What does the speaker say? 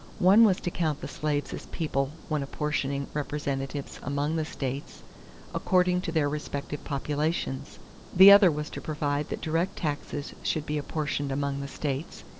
one was to count the slaves as people when apportioning representatives among the states according to their respective populations the other was to provide that direct taxes should be apportioned among the states,